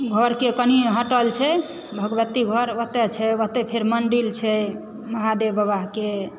घरके कनि हटल छै भगवती घर ओतय छै ओतय फेर मंदिल छै महादेव बाबाकेँ